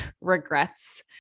regrets